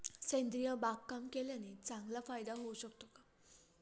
सेंद्रिय बागकाम केल्याने चांगला फायदा होऊ शकतो का?